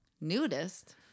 Nudist